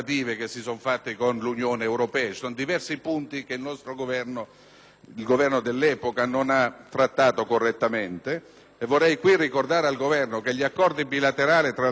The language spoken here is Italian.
(il Governo dell'epoca) non ha trattato correttamente. Vorrei ricordare al Governo che gli accordi bilaterali tra la Svizzera e l'Unione europea prevedono la possibilità di correggere